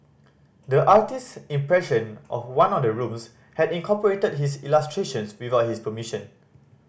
the artist's impression of one of the rooms had incorporated his illustrations without his permission